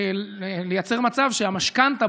לייצר מצב שהמשכנתה,